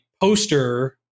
poster